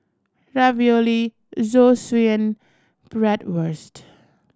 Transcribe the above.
Ravioli Zosui and Bratwurst